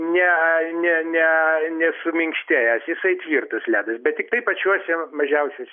ne ne ne nesuminkštėjęs jisai tvirtas ledas bet tiktai pačiuose mažiausiuose